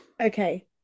Okay